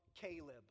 Caleb